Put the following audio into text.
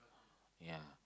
yeah